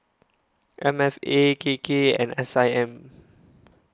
M F A K K and S I M